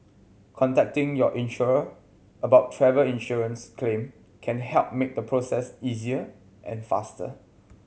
contacting your insurer about travel insurance claim can help make the process easier and faster